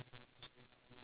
left side of the three